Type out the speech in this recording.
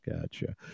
gotcha